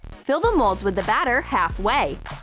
fill the molds with the batter halfway.